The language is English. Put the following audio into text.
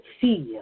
feel